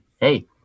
Hey